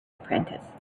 apprentice